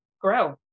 Grow